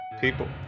people